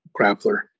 grappler